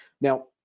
Now